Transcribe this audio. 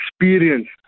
experience